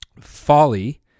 Folly